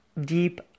deep